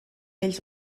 ells